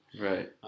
Right